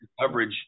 coverage